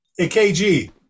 AKG